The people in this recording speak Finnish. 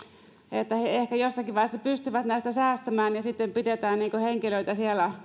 että he ehkä jossakin vaiheessa pystyvät näistä säästämään ja siksi pidetään henkilöitä